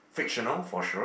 fictional for sure